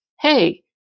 hey